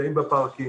נמצאים בפארקים,